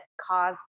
caused